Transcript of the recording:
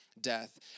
death